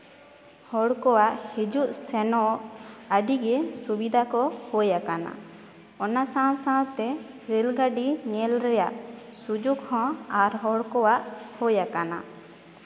ᱦᱚᱲ ᱠᱚᱣᱟᱜ ᱦᱤᱡᱩᱜ ᱥᱮᱱᱚᱜ ᱟᱹᱰᱤᱜᱮ ᱥᱩᱵᱤᱫᱟ ᱠᱚ ᱦᱩᱭ ᱟᱠᱟᱱᱟ ᱚᱱᱟ ᱥᱟᱶ ᱥᱟᱶᱛᱮ ᱨᱮᱹᱞ ᱜᱟᱹᱰᱤ ᱧᱮᱞ ᱨᱮᱭᱟᱜ ᱥᱩᱡᱳᱜᱽ ᱦᱚᱸ ᱟᱨ ᱦᱚᱲ ᱠᱚᱣᱟᱜ ᱦᱳᱭ ᱟᱠᱟᱱᱟ